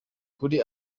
kuri